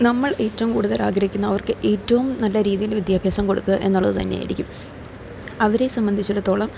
നമ്മൾ ഏറ്റവും കൂടുതൽ ആഗ്രഹിക്കുന്നത് അവർക്ക് ഏറ്റവും നല്ല രീതിയിൽ വിദ്യാഭ്യാസം കൊടുക്കുക എന്നുള്ളത് തന്നെയായിരിക്കും അവരെ സംബന്ധിച്ചിടത്തോളം